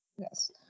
Yes